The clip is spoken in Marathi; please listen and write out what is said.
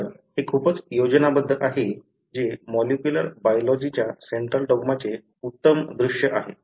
तर हे खूपच योजनाबद्ध आहे जे मॉलिक्युलर बायलॉजिच्या सेंट्रल डॉग्माचे उत्तम दृश्य आहे